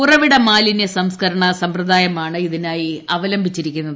ഉറവിട മാലിന്യ സംസ് കരണ സമ്പ്രദായമാണ് ഇതിനായി അവലംബിച്ചിരിക്കുന്നത്